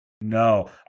No